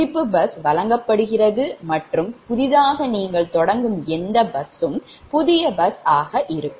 குறிப்பு பஸ் வழங்கப்படுகிறது மற்றும் புதிதாக நீங்கள் தொடங்கும் எந்த பஸ்ஸும் புதிய பஸ் ஆக இருக்கும்